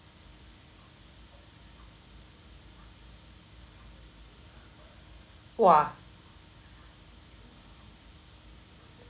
!wah!